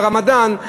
מהרמדאן,